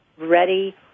ready